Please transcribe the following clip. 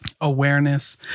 awareness